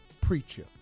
preacher